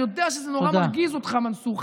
אני יודע שזה נורא מרגיז אותך, מנסור.